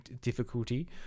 difficulty